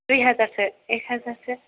दुइ हाजारसो एक हाजारसो